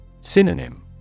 Synonym